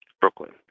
Brooklyn